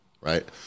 right